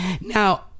now